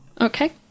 Okay